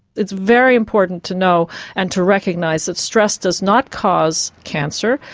it's very important to know and to recognise that stress does not cause cancer,